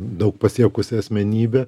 daug pasiekusia asmenybe